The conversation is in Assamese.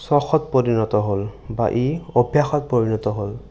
চখত পৰিণত হ'ল বা ই অভ্যাসত পৰিণত হ'ল